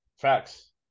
Facts